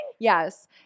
Yes